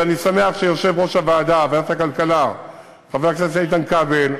ואני שמח שיושב-ראש ועדת הכלכלה חבר הכנסת איתן כבל,